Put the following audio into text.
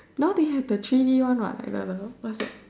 how they have three-D one what like the the what's that